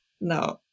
No